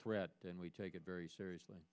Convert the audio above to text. threat and we take it very seriously